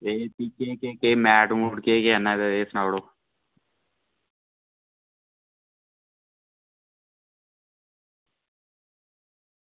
ते फ्ही केह् केह् केह् मैट मुट केह् केह् आह्न्ना एह् सनाई ओड़ो